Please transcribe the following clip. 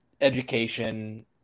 education